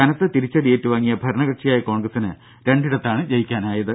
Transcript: കനത്ത തിരിച്ചടി ഏറ്റുവാങ്ങിയ ഭരണകക്ഷിയായ കോൺഗ്രസിന് രണ്ടിടത്താണ് ജയിക്കാനായത്